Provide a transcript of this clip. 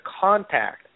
contact